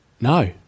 No